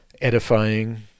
edifying